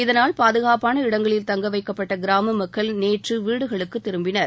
இதனால் பாதுகாப்பான இடங்களில் தங்கவைக்கப்பட்ட கிராம மக்கள் நேற்று வீடுகளுக்குத் திரும்பினர்